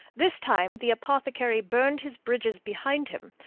this time the apothecary burned his bridges behind him,